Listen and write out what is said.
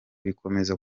bikomeza